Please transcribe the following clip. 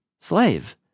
slave